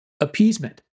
appeasement